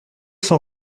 sans